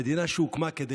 המדינה שהוקמה כדי